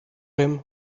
him